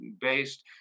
based